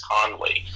Conley